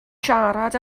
siarad